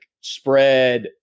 spread